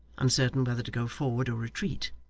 uncertain whether to go forward or retreat,